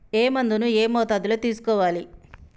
ఏ మందును ఏ మోతాదులో తీసుకోవాలి?